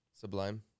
Sublime